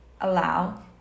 allow